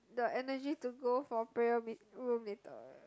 the energy to go for prayer meet room later